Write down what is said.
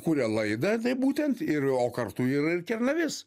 kuria laidą taip būtent ir o kartu ir ir kernavės